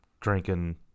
drinking